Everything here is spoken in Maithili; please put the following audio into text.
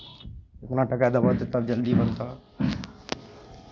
इतना टाका देबह तऽ तब जल्दी बनतह